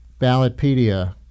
Ballotpedia